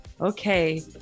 Okay